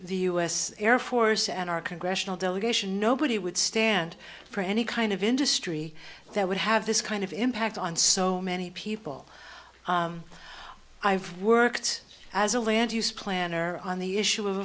the us air force and our congressional delegation nobody would stand for any kind of industry that would have this kind of impact on so many people i've worked as a land use plan or on the issue of